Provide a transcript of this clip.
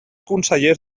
consellers